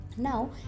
Now